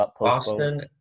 Boston